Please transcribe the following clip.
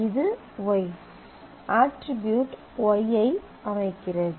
இது y attribute Y ஐ அமைக்கிறது